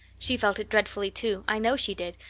she felt it dreadfully, too, i know she did,